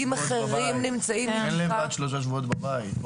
הוא כן לבד שלושה שבועות בבית.